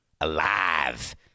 alive